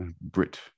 Brit